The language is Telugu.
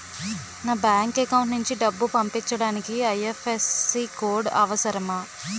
నా బ్యాంక్ అకౌంట్ నుంచి డబ్బు పంపించడానికి ఐ.ఎఫ్.ఎస్.సి కోడ్ అవసరమా?